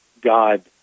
God